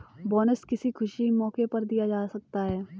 bonus किसी खुशी के मौके पर दिया जा सकता है